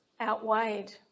outweighed